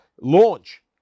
launch